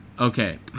okay